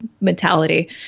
mentality